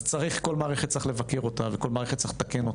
אז כל מערכת צריך לבקר וכל מערכת צריך לתקן,